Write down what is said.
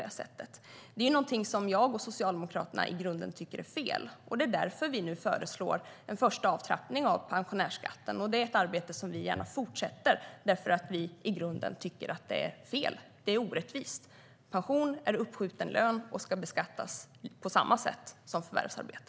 Det är något som jag och Socialdemokraterna tycker är fel. Det är därför vi föreslår en första avtrappning av pensionärsskatten. Det är ett arbete som vi gärna fortsätter, eftersom vi tycker att skatten är orättvis. Pension är uppskjuten lön och ska beskattas på samma sätt som förvärvsarbete.